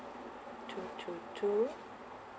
two two two